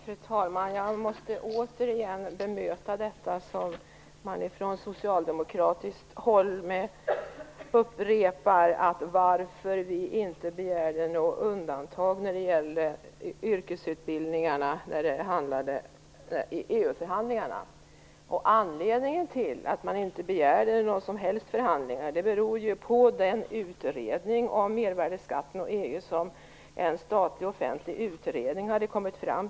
Fru talman! Jag måste återigen bemöta detta som man upprepar från socialdemokratiskt håll. Man frågar varför vi inte begärde något undantag vad gäller yrkesutbildningarna i EU-förhandlingarna. Anledningen till att man inte begärde några som helst förhandlingar beror ju på den statliga offentliga utredning om mervärdesskatten och EU som hade gjorts.